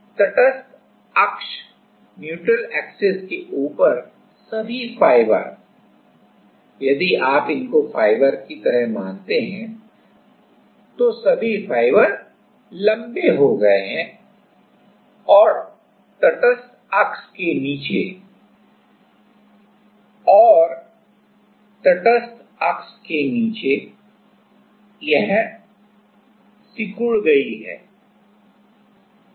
तटस्थ अक्ष के ऊपर सभी फाइबर यदि आप इनको फाइबर की तरह मानते हैं तो सभी फाइबर लंबे हो गए हैं और तटस्थ अक्ष के नीचे यह जटिल है